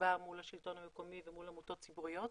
ליבה מול השלטון המקומי ומול עמותות ציבוריות,